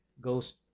goes